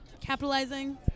Capitalizing